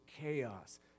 chaos